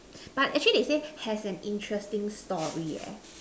but actually they say has an interesting story eh